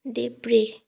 देब्रे